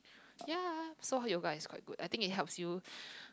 ya so how you guys quite good I think it helps you